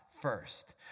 first